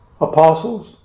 apostles